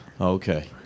Okay